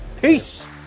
Peace